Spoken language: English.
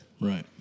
Right